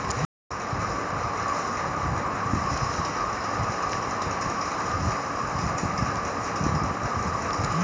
बहुभुज greenhouse में खीरा का उत्पादन ज्यादा किया जाता है